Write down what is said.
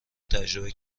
تجربه